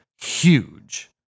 huge